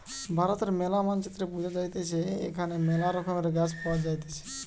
ভারতের ম্যালা মানচিত্রে বুঝা যাইতেছে এখানে মেলা রকমের গাছ পাওয়া যাইতেছে